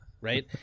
right